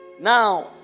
Now